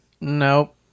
Nope